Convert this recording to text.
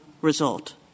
result